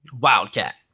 Wildcat